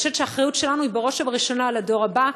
אני חושבת שהאחריות שלנו היא בראש ובראשונה לדור הבא,